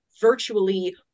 virtually